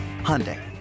Hyundai